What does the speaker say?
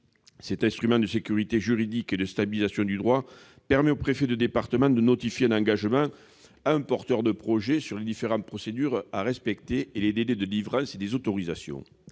Cet instrument de sécurité juridique et de stabilisation du droit permet au préfet de département de notifier un engagement à un porteur de projet sur les différentes procédures à respecter et les délais de délivrance des autorisations.